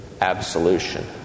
absolution